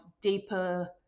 deeper